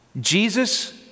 Jesus